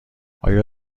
آیا